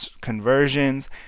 conversions